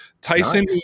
Tyson